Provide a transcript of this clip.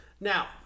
Now